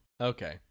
okay